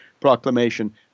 Proclamation